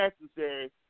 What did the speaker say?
necessary